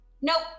Nope